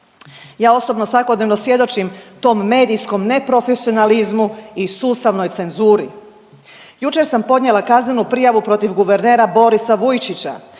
Ja osobno svakodnevno svjedočim tom medijskom neprofesionalizmu i sustavnoj cenzuri. Jučer sam podnijela kaznenu prijavu protiv guvernera Borisa Vujčića